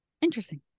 Interesting